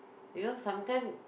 you know sometime